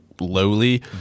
lowly